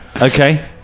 Okay